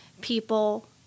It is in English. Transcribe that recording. people